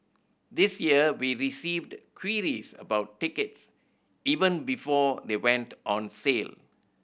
this year we received queries about tickets even before they went on sale